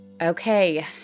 Okay